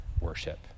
worship